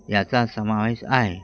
याचा समावेश आहे